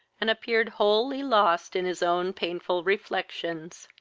and appeared wholly lost in his own painful reflections.